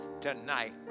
tonight